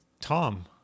tom